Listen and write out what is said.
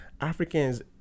africans